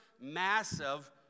massive